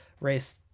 race